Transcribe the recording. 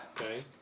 Okay